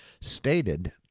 stated